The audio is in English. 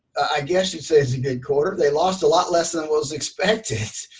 i guess you'd say a good quarter they lost a lot less than was expected.